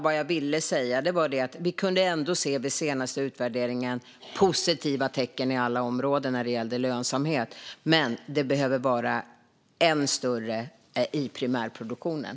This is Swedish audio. Vad jag ville säga var att vi i den senaste utvärderingen ändå kunde se positiva tecken i alla områden när det gäller lönsamhet men att den behöver vara ännu större i primärproduktionen.